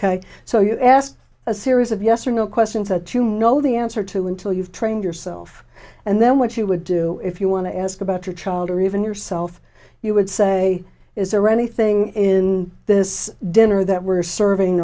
ok so you asked a series of yes or no questions that you know the answer to until you've trained yourself and then what you would do if you want to ask about your child or even yourself you would say is there anything in this dinner that we're serving